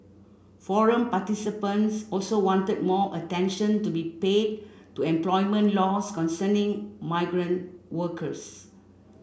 forum participants also wanted more attention to be paid to employment laws concerning migrant workers